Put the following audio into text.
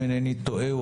אם אינני טועה,